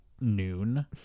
noon